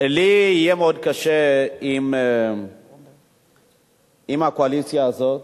לי יהיה מאוד קשה עם הקואליציה הזאת,